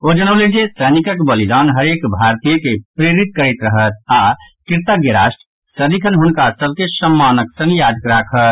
ओ जनौलनि जे सैनिकक बलिदान हरेक भारतीय के प्रेरित करैत रहत आओर कृतज्ञ राष्ट्र सदिखन हुनका सभ के सम्मानक संग याद राखत